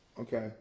Okay